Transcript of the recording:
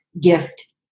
gift